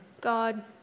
God